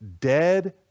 dead